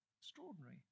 Extraordinary